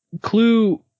Clue